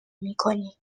میکنیم